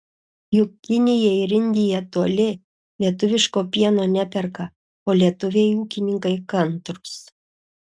juk kinija ir indija toli lietuviško pieno neperka o lietuviai ūkininkai kantrūs